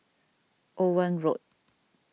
Owen Road